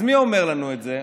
אז מי אומר לנו את זה?